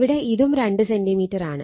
ഇവിടെ ഇതും 2 സെന്റിമീറ്ററാണ്